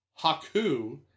Haku